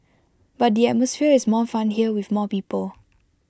but the atmosphere is more fun here with more people